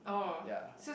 ya